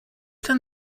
ten